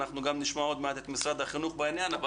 אנחנו גם נשמע את משרד החינוך בעניין אבל